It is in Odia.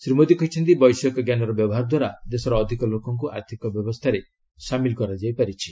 ଶ୍ରୀ ମୋଦୀ କହିଛନ୍ତି ବୈଷୟିକଜ୍ଞାନର ବ୍ୟବହାର ଦାରା ଦେଶର ଅଧିକ ଲୋକଙ୍କୁ ଆର୍ଥିକ ବ୍ୟବସ୍ଥାରେ ସାମିଲ କରାଯାଇ ପାରିଛି